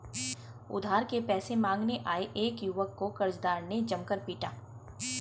उधार के पैसे मांगने आये एक युवक को कर्जदार ने जमकर पीटा